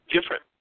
different